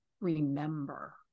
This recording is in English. remember